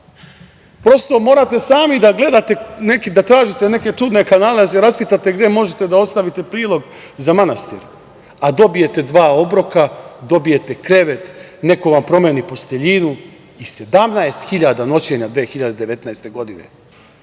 da gledate neki da kažete, neke čudne kanale da se raspitate gde možete da ostavite prilog za manastir, a dobijete dva obroka, dobijete krevet, neko vam promeni posteljinu i 17 hiljada noćenja 2019. godine.